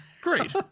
great